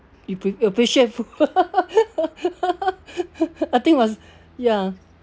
you appreciate food I think was ya